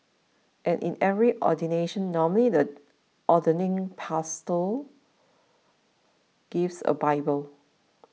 and in every ordination normally the ordaining pastor gives a bible